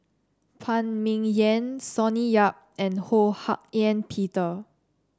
Phan Ming Yen Sonny Yap and Ho Hak Ean Peter